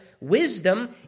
wisdom